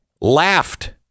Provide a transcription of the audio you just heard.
laughed